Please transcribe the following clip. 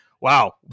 wow